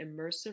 immersive